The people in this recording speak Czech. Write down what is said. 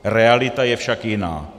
Realita je však jiná.